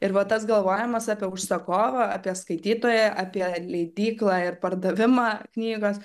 ir va tas galvojimas apie užsakovą apie skaitytoją apie leidyklą ir pardavimą knygos